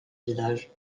village